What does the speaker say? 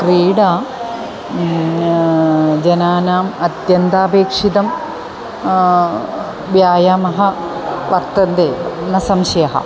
क्रीडा जनानाम् अत्यन्तापेक्षितः व्यायामः वर्तन्ते न संशयः